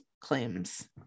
claims